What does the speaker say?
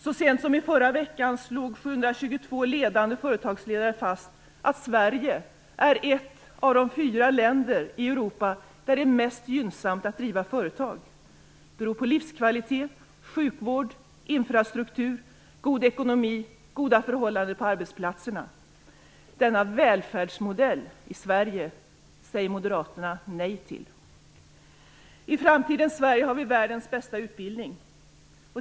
Så sent som i förra veckan slog 722 ledande företagsledare fast att Sverige är ett av de fyra länder i Europa där det är mest gynnsamt att driva företag. Det beror på livskvalitet, sjukvård, infrastruktur, god ekonomi och goda förhållanden på arbetsplatserna. Denna välfärdsmodell i Sverige säger Moderaterna nej till. I framtidens Sverige har vi världens bästa utbildning.